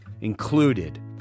included